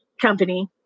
company